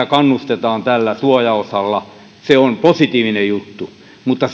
kannustetaan tällä suojaosalla se on positiivinen juttu mutta